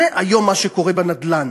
זה היום מה שקורה בנדל"ן.